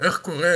איך קורה